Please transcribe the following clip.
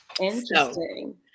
interesting